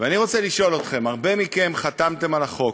ואני רוצה לשאול אתכם: הרבה מכם חתמתם על החוק,